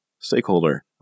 Stakeholder